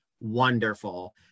wonderful